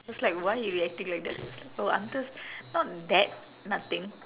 I was like why you reacting like that oh I'm just not that nothing